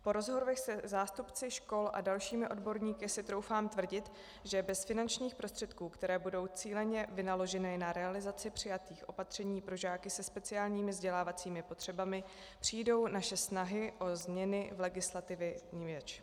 Po rozhovorech se zástupci škol a dalšími odborníky si troufám tvrdit, že bez finančních prostředků, které budou cíleně vynaloženy na realizaci přijatých opatření pro žáky se speciálními vzdělávacími potřebami, přijdou naše snahy o změny v legislativě vniveč.